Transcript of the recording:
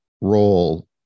role